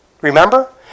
Remember